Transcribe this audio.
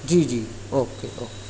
جی جی okay okay